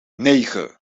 negen